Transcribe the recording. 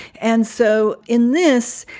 and so in this,